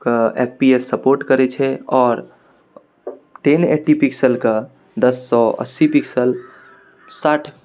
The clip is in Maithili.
के एफ पी एस सपोर्ट करै छै आओर टेन एट्टी पिक्सलके दस सओ अस्सी पिक्सल साठि